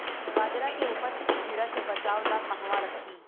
बाजरा के उपज के कीड़ा से बचाव ला कहवा रखीं?